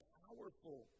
powerful